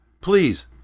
please